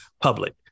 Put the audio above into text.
public